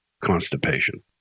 constipation